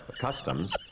customs